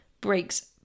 breaks